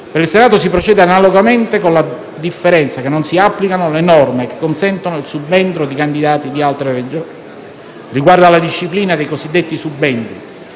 Per il Senato, si procede analogamente, con la differenza che non si applicano le norme che consentono il subentro di candidati di altre Regioni. Riguardo alla disciplina dei cosiddetti subentri